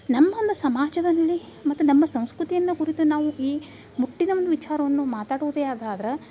ನಮ್ಮ ಒಂದು ಸಮಾಜದಲ್ಲಿ ಮತ್ತು ನಮ್ಮ ಸಂಸ್ಕೃತಿಯನ್ನ ಕುರಿತು ನಾವು ಈ ಮುಟ್ಟಿನ ಒಂದು ವಿಚಾರವನ್ನು ಮಾತಾಡೋದೆ ಅದಾದ್ರೆ